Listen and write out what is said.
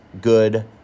good